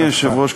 אדוני היושב-ראש,